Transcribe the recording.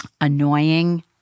annoying